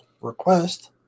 request